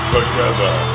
Together